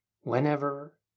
whenever